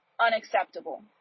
unacceptable